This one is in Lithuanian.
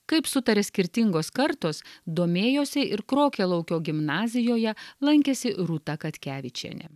kaip sutaria skirtingos kartos domėjosi ir krokialaukio gimnazijoje lankėsi rūta katkevičienė